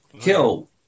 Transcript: kill